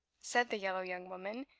said the yellow young woman,